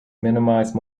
minimise